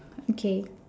okay